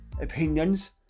opinions